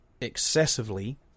excessively